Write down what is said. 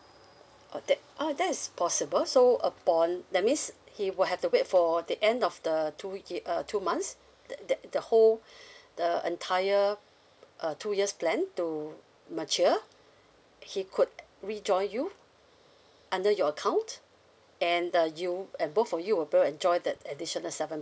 oh that oh that's possible so upon that means he will have to wait for the end of the two we~ uh two months that that the whole the entire uh two years plan to mature he could rejoin you under your account and uh you and both of you will be able to enjoy that additional seven